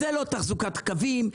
זה לא תחזוקת קווים,